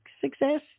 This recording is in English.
success